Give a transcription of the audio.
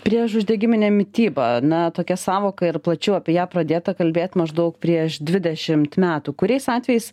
priešuždegiminė mityba na tokia sąvoka ir plačiau apie ją pradėta kalbėt maždaug prieš dvidešimt metų kuriais atvejais